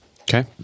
Okay